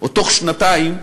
בתוך שנה או שנתיים,